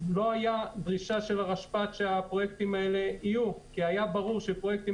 הייתה דרישה של הרשפ"ת שהפרויקטים האלה יהיו כי היה ברור שבפרויקטים